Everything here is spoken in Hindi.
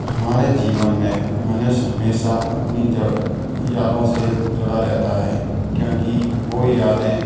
हमारे जीवन में मनुष्य हमेशा अपनी यादों से जुड़ा रहता है क्योंकि वो यादें